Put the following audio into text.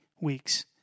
weeks